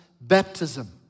baptism